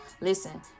Listen